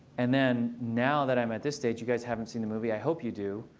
and then now that i'm at this stage you guys haven't seen the movie. i hope you do.